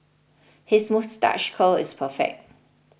his moustache curl is perfect